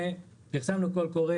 פרסמנו קול קורא.